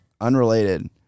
Unrelated